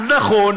אז נכון,